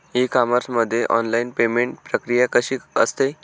E commerce मध्ये online payment प्रक्रिया कशी असते?